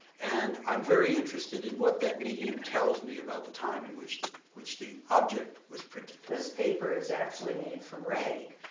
and i'm very interested in what that medium tells me about the time in which the which the object was printed. this paper is actually made from rag.